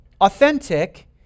Authentic